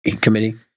committee